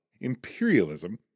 imperialism